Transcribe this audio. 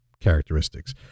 characteristics